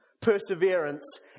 perseverance